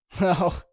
No